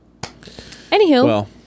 anywho